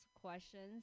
questions